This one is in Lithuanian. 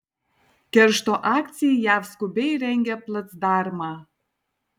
keršto akcijai jav skubiai rengia placdarmą